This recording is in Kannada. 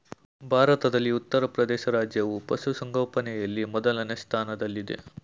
ಭಾರತದಲ್ಲಿ ಉತ್ತರಪ್ರದೇಶ ರಾಜ್ಯವು ಪಶುಸಂಗೋಪನೆಯಲ್ಲಿ ಮೊದಲನೇ ಸ್ಥಾನದಲ್ಲಿದೆ